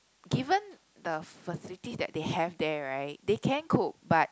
given the facilities that they have there right they can cook but